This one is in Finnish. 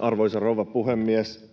Arvoisa rouva puhemies!